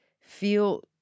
feel